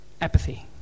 apathy